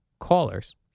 callers